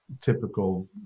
typical